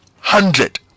hundred